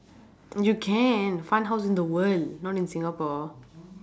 you can fun house in the world not in singapore